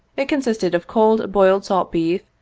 it consisted of cold, boiled salt beef,